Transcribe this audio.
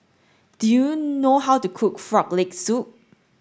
do you know how to cook frog leg soup